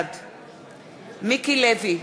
בעד מיקי לוי,